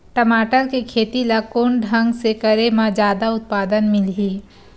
टमाटर के खेती ला कोन ढंग से करे म जादा उत्पादन मिलही?